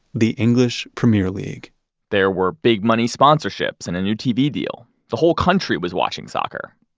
the english premier league there were big-money sponsorships and a new tv deal, the whole country was watching soccer,